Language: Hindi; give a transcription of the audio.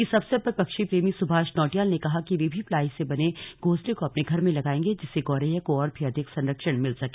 इस अवसर पर पक्षी प्रेमी सुभाष नौटियाल ने कहा वे भी प्लाई से बने घोंसले को अपने घर में लगाएंगे जिससे गौरैया को और भी अधिक संरक्षण मिल सके